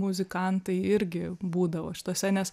muzikantai irgi būdavo šituose nes